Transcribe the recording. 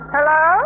Hello